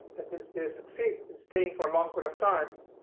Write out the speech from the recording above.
that means they succeed in staying for a long period of time,